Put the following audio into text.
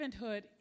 servanthood